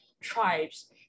tribes